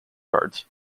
cards